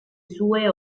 sue